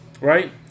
right